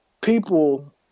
people